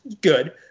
good